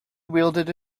wielded